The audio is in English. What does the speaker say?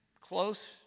close